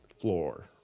floor